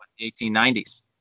1890s